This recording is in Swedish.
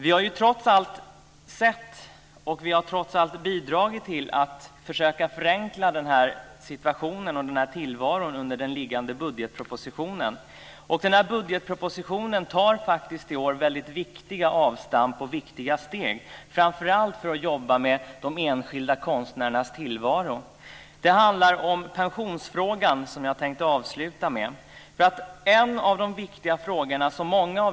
Vi har trots allt sett och trots allt bidragit till att försöka förenkla situationen och tillvaron i den liggande budgetpropositionen. Budgetpropositionen tar i år väldigt viktiga avstamp och steg framför allt för att jobba med de enskilda konstnärernas tillvaro. Det handlar om pensionsfrågan, som jag tänkte avsluta med.